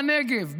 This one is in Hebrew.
בנגב,